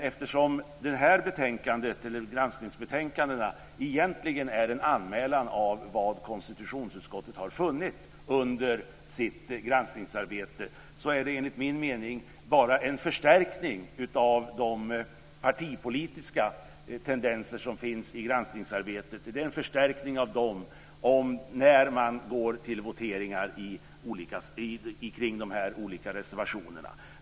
Eftersom granskningsbetänkandena egentligen är en anmälan av vad konstitutionsutskottet har funnit under sitt granskningsarbete är det enligt min mening bara en förstärkning av de partipolitiska tendenser som finns i granskningsarbetet när man går till voteringar om de olika reservationerna.